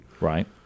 Right